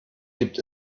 gibt